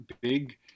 big